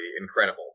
incredible